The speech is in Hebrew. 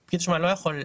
כל מה שקורה בחו"ל.